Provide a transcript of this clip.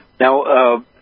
Now